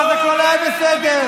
ואז הכול היה בסדר.